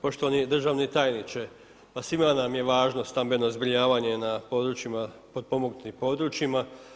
Poštovani državni tajniče, pa svima nam je važno stambeno zbrinjavanje na područjima, potpomognutim područjima.